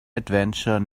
adventure